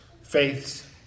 faiths